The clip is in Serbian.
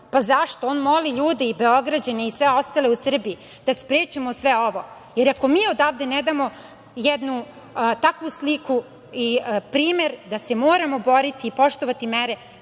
pa zašto, on moli ljude i Beograđane i sve ostale u Srbiji da sprečimo sve ovo, jer ako mi odavde ne damo jednu takvu sliku i primer da se moramo boriti i poštovati mere,